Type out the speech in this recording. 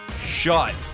Shut